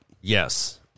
Yes